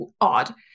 odd